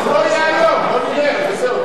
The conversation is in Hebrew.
אז הוא לא יהיה היום, בוא נלך וזהו.